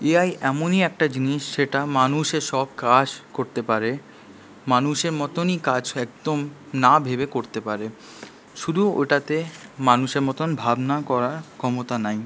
AI এমনই একটা জিনিস সেটা মানুষের সব কাজ করতে পারে মানুষের মতনই কাজ একদম না ভেবে করতে পারে শুধু ওটাতে মানুষের মতন ভাবনা করার ক্ষমতা নাই